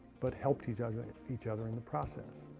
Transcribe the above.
but helped each other each other in the process.